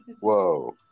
Whoa